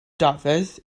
dafydd